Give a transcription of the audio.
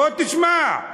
בוא תשמע.